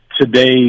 today